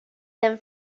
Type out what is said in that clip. them